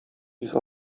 ich